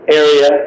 area